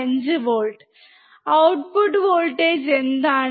5 volt output voltage എന്താണ്